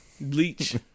Bleach